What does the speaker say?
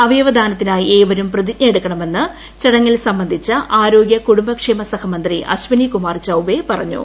അവയവദാനത്തിനായി ഏവരും പ്രതിജ്ഞയെടുക്കണമെന്ന് ചടങ്ങിൽ സംബന്ധിച്ച ആരോഗ്യകുടുംബ ക്ഷേമ സഹ മന്ത്രി അശ്ചിനി കുമാർ ചൌബേ പറഞ്ഞു